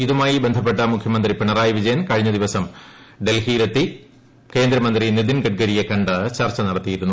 ഇതുമായി ബന്ധപ്പെട്ട് മുഖ്യമന്ത്രി പിണറായി വിജയൻ കഴിഞ്ഞ ദിവസം ഡൽഹിയിലെത്തി കേന്ദ്ര മന്ത്രി നിതിൻ ഗഡ്ഗരിയെ കണ്ട് ചർച്ച നടത്തിയിരുന്നു